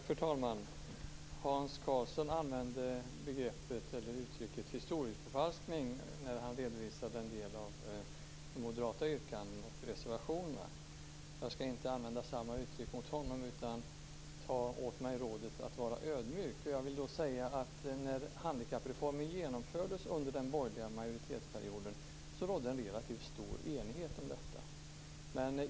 Fru talman! Hans Karlsson använde uttrycket historieförfalskning när han redovisade en del av de moderata yrkandena och reservationerna. Jag skall inte använda samma uttryck mot honom utan ta åt mig rådet att vara ödmjuk. Jag vill då säga att när handikappreformen genomfördes under den borgerliga majoritetsperioden rådde en relativt stor enighet om detta.